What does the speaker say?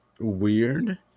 weird